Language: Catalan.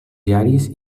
diaris